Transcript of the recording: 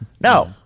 No